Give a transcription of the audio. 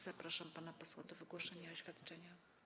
Zapraszam pana posła do wygłoszenia oświadczenia.